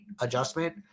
adjustment